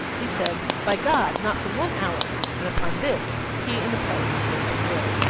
he said, by god! not for one hour and upon this he and the parliament went to war.